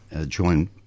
join